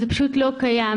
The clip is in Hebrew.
זה פשוט לא קיים.